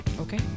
Okay